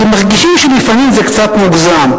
כי הם מרגישים שלפעמים זה קצת מוגזם,